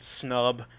snub